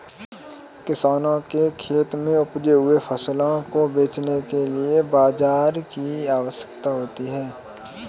किसानों के खेत में उपजे हुए फसलों को बेचने के लिए बाजार की आवश्यकता होती है